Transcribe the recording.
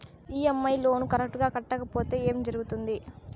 EMI loan correct గా కట్టకపోతే ఏం జరుగుతుంది